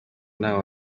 ntaho